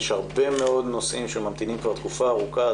יש הרבה מאוד נושאים שממתינים כבר תקופה ארוכה.